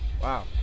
Wow